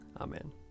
Amen